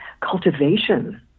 cultivation